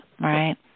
right